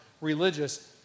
religious